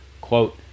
quote